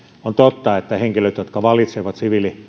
on totta että henkilöillä jotka valitsevat